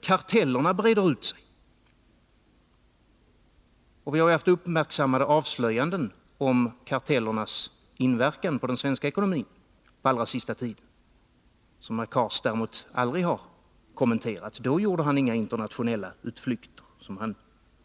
Kartellerna breder ut sig alltmer — och vi har under den allra senaste tiden fått uppmärksammade avslöjanden om kartellernas inverkan på den svenska ekonomin, vilket herr Cars aldrig har kommenterat. Då gjorde han inga internationella utflykter, som han